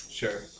Sure